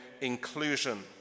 inclusion